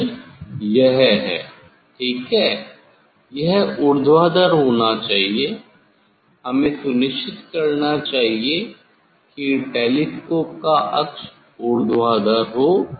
अक्ष यह है ठीक है यह ऊर्ध्वाधर होना चाहिए हमे सुनिश्चित करना चाहिए की टेलीस्कोप का अक्ष ऊर्ध्वाधर हो